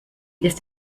ist